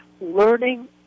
learning